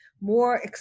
more